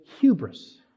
hubris